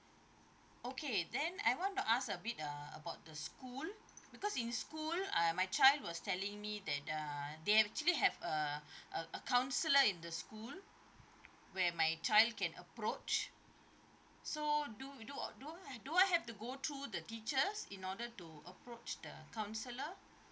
okay then I want to ask a bit uh about the school because in school uh my child was telling me that uh they actually have err a a counsellor in the school where my child can approach so do do do I do I have to go through the teachers in order to approach the counsellor